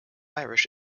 irish